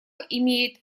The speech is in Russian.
имеет